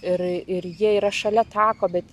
ir ir jie yra šalia tako bet